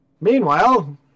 Meanwhile